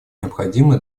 необходимо